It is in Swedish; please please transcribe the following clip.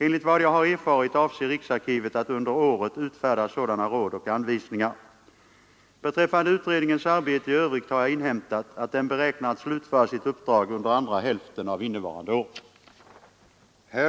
Enligt vad jag har erfarit avser riksarkivet att under året utfärda sådana råd och anvisningar. Beträffande utredningens arbete i övrigt har jag inhämtat, att den beräknar att slutföra sitt uppdrag under andra hälften av innevarande år.